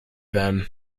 then